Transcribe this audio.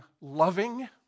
loving